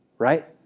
right